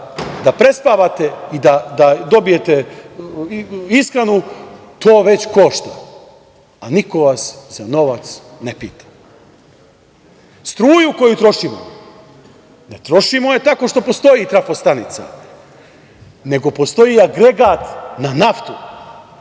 prespavate i da dobijete iskrenu, to već košta, a niko vas za novac ne pita. Struju koju trošimo, ne trošimo je tako što postoji trafostanica, nego postoji agregat na naftu.